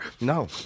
No